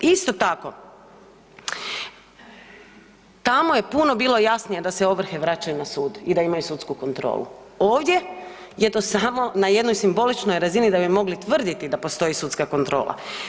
Isto tako, tamo je bilo puno jasnije da se ovrhe vraćaju na sud i da imaju sudsku kontrolu, ovdje je to samo na jednoj simboličnoj razini da bi mogli tvrditi da postoji sudska kontrola.